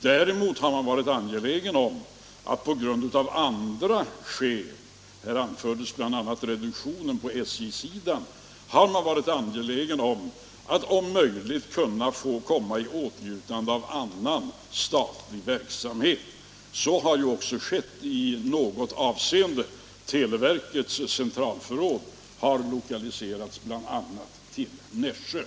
Däremot har man varit angelägen om att av andra skäl — här an fördes bl.a. reduktionen på SJ-sidan - om möjligt kunna få komma i åtnjutande av annan statlig lönsamhet. Så har ju också skett i något avseende — televerkets centralförråd har lokaliserats bl.a. till Nässjö.